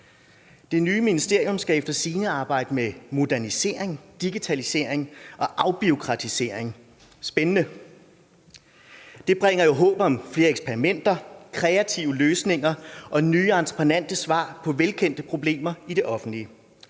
Det nye ministerium skal efter sigende arbejde med modernisering, digitalisering og afbureaukratisering. Spændende. Det bringer jo håb om flere eksperimenter, kreative løsninger og nye entreprenante svar på velkendte problemer i det offentlige,